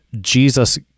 jesus